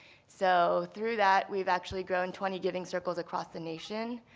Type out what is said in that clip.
so through that, we've actually grown twenty giving circles across the nation.